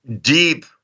deep